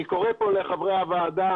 אני קורא פה לחברי הוועדה